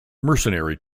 mercenary